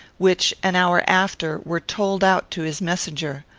which, an hour after, were told out to his messenger.